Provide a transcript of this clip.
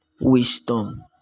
wisdom